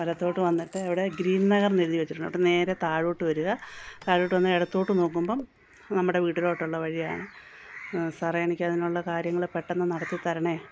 വലത്തോട്ടു വന്നിട്ട് അവിടെ ഗ്രീൻ നഗറെന്നെഴുതി വെച്ചിട്ടുണ്ട് എന്നിട്ടു നേരെ താഴോട്ടു വരിക താഴോട്ടു വന്ന് ഇടത്തോട്ടു നോക്കുമ്പം നമ്മുടെ വീട്ടിലോട്ടുള്ള വഴി കാണാം സാറെ എനിക്കതിനുള്ള കാര്യങ്ങൾ പെട്ടെന്നു നടത്തി തരണേ